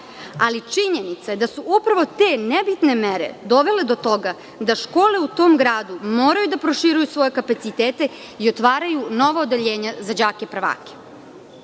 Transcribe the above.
ali činjenica da su upravo te nebitne mere dovele do toga da škole u tom gradu moraju da proširuju svoje kapacitete i otvaraju nova odeljenja za đake prvake,